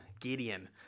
Gideon